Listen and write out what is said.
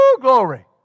glory